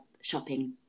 shopping